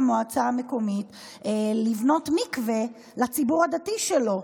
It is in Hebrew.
מועצה מקומית לבנות מקווה לציבור הדתי שלו.